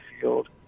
field